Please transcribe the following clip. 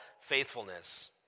faithfulness